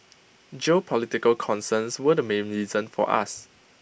geopolitical concerns were the main reason for us